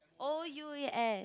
O U